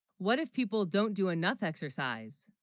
what if people don't do enough exercise?